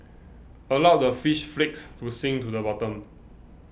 allow the fish flakes to sink to the bottom